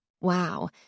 Wow